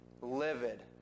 livid